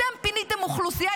אתם פיניתם אוכלוסייה,